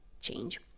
change